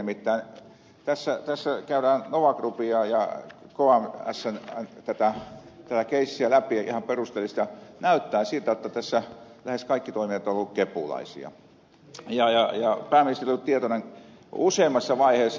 nimittäin tässä käydään nova groupin ja kmsn keissiä läpi ihan perusteellisesti ja näyttää siltä että tässä lähes kaikki toimijat ovat olleet kepulaisia ja pääministeri on ollut tietoinen useammassa vaiheessa näistä